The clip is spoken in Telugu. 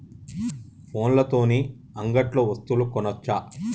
ఫోన్ల తోని అంగట్లో వస్తువులు కొనచ్చా?